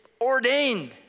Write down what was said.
ordained